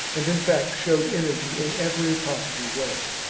and in fact showed energy in every possible way.